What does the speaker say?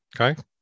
okay